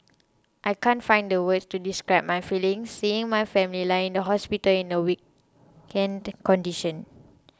I can't find the words to describe my feelings seeing my family lying in the hospital in the weakened condition